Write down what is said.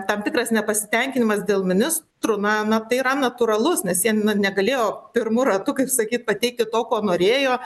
tam tikras nepasitenkinimas dėl ministrų na na tai yra natūralus nes jie nu negalėjo pirmu ratu kaip sakyt pateikti to ko norėjo